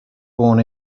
born